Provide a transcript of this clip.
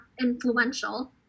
influential